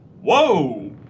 Whoa